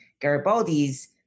Garibaldi's